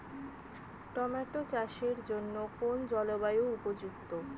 Tomato চাষের জন্য কোন জলবায়ু উপযুক্ত?